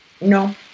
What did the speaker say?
no